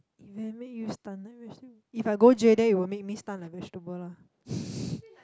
event make you stunt like vegetable if I go jail then it will make me stunt like vegetable lah